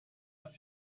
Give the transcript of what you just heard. ist